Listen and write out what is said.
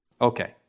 Okay